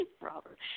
Robert